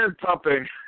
pumping